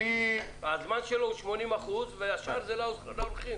הזמן שלו הוא 80% והשאר זה לאורחים.